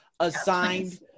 assigned